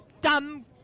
dumb